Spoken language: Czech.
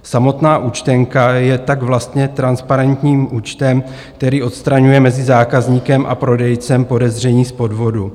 Samotná účtenka je tak vlastně transparentním účtem, který odstraňuje mezi zákazníkem a prodejcem podezření z podvodu.